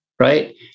right